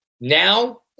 now